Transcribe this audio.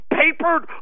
papered